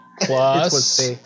Plus